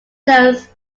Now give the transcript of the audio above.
jones